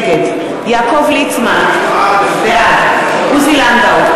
נגד יעקב ליצמן, בעד עוזי לנדאו,